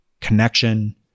connection